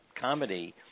comedy